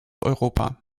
europa